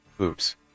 Oops